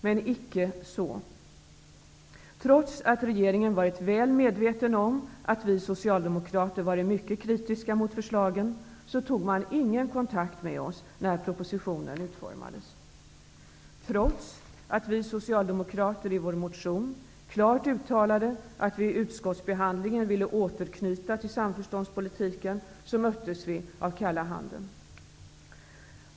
Men icke så. Trots att regeringen varit väl medveten om att vi socialdemokrater varit mycket kritiska mot förslagen, så tog man inte kontakt med oss när propositionen utformades. Trots att vi socialdemokrater i vår motion klart uttalade att vi i utskottsbehandlingen ville återknyta till samförståndspolitiken, så möttes vi av kalla handen.